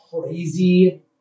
crazy